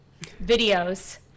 videos